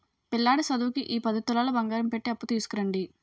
పిల్లాడి సదువుకి ఈ పది తులాలు బంగారం పెట్టి అప్పు తీసుకురండి